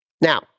Now